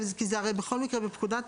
שם הרופא המומחה שנתן את ההרשאה